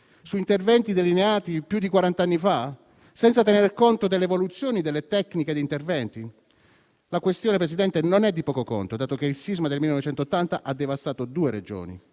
su interventi delineati più di quarant'anni fa e senza tenere conto delle evoluzioni delle tecniche di interventi? La questione, signor Presidente, non è di poco conto, dato che il sisma del 1980 ha devastato due Regioni.